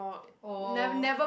oh